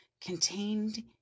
contained